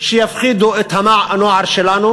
שיפחידו את הנוער שלנו,